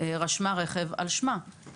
רשם את הרכב על שמו,